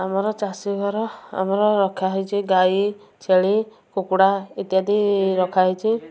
ଆମର ଚାଷୀ ଘର ଆମର ରଖା ହେଇଛି ଗାଈ ଛେଳି କୁକୁଡ଼ା ଇତ୍ୟାଦି ରଖା ହେଇଛି